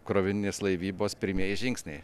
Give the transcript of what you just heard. krovininės laivybos pirmieji žingsniai